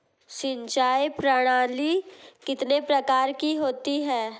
सिंचाई प्रणाली कितने प्रकार की होती हैं?